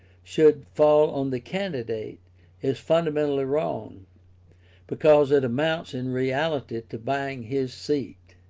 should fall on the candidate is fundamentally wrong because it amounts in reality to buying his seat.